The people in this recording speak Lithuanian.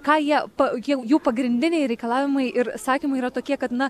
ką jie pa jų pagrindiniai reikalavimai ir sakymai yra tokie kad na